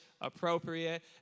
appropriate